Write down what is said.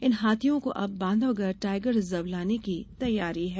इन हाथियों को अब बाँधवगढ़ टाइगर रिजर्व लाने की तैयारी है